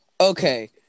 Okay